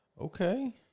Okay